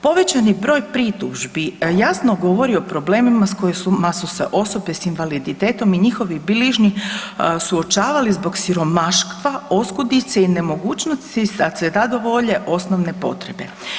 Povećani broj pritužbi jasno govori o problemima s kojima su se osobe s invaliditetom i njihovi bližnji suočavali zbog siromaštva, oskudice i nemogućnosti da zadovolje osnovne potrebe.